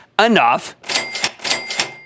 enough